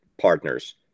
partners